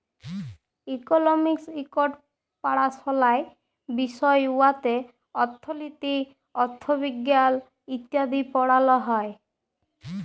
economics ইকট পাড়াশলার বিষয় উয়াতে অথ্থলিতি, অথ্থবিজ্ঞাল ইত্যাদি পড়াল হ্যয়